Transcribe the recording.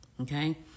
okay